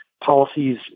policies